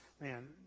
Man